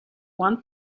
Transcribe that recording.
want